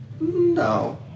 No